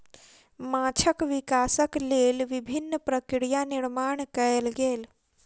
माँछक विकासक लेल विभिन्न प्रक्रिया निर्माण कयल गेल